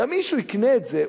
גם אם מישהו יקנה את זה,